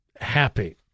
happy